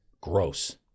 Gross